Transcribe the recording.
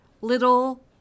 Little